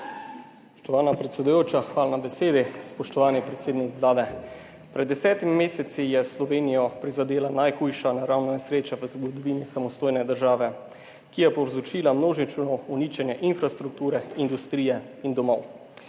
Spoštovana predsedujoča, hvala za besedo. Spoštovani predsednik Vlade! Pred 10 meseci je Slovenijo prizadela najhujša naravna nesreča v zgodovini samostojne države, ki je povzročila množično uničenje infrastrukture, industrije in domov.